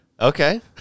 Okay